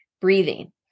breathing